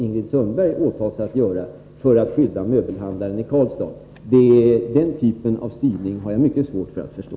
Ingrid Sundberg skall alltså åta sig att göra det, för att skydda möbelhandlaren i Karlstad. Den typen av styrning har jag mycket svårt att förstå.